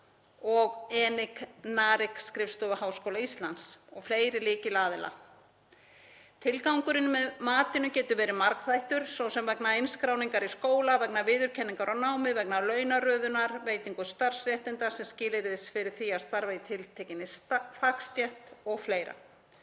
og ENIC/NARIC-skrifstofu Háskóla Íslands og fleiri lykilaðila. Tilgangurinn með matinu getur verið margþættur, svo sem vegna innskráningar í skóla, vegna viðurkenningar á námi, vegna launaröðunar, veitingar starfsréttinda sem skilyrðis fyrir því að starfa í tiltekinni fagstétt o.fl.